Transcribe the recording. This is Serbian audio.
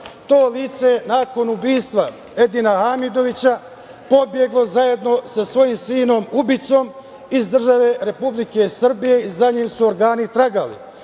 lice je, nakon ubistva Edina Hamidovića, pobeglo zajedno sa svojim sinom ubicom iz države Republike Srbije i za njim su organi tragali.